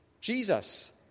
Jesus